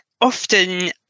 often